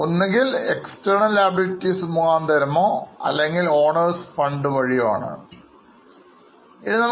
ഒന്നുകിൽ external liability അല്ലെങ്കിൽ owners fund